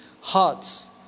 Hearts